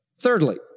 Thirdly